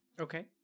okay